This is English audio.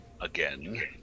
again